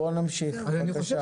אני חוזר